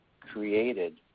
created